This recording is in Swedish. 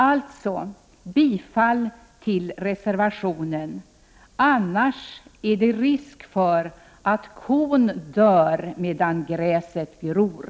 Alltså bifall till reservationen — annars är det risk för att kon dör medan gräset gror!